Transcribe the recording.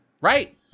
right